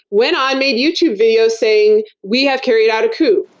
went on, made youtube videos saying, we have carried out a coup.